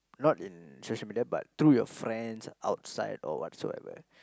not in social media but through your friends outside or whatsoever